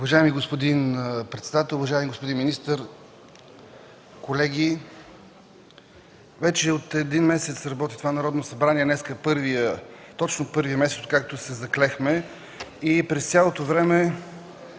Уважаеми господин председател, уважаеми господин министър, колеги! Вече от един месец работи това Народно събрание – днес е точно първият месец, откакто се заклехме. През цялото време